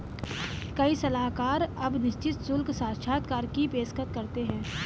कई कर सलाहकार अब निश्चित शुल्क साक्षात्कार की पेशकश करते हैं